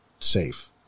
safe